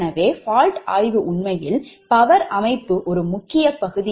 எனவே fault ஆய்வு உண்மையில் power அமைப்பு ஒரு முக்கிய பகுதியாகும்